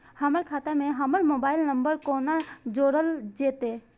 हमर खाता मे हमर मोबाइल नम्बर कोना जोरल जेतै?